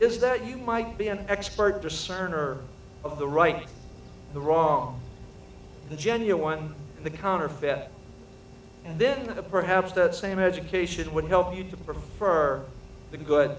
is that you might be an expert discerner of the right the wrong the genuine and the counterfeit and then the perhaps that same education would help you to prefer the good